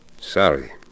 Sorry